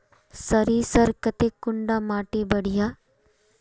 सरीसर केते कुंडा माटी बढ़िया?